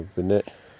പിന്നെ